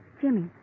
Jimmy